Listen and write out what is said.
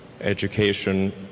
education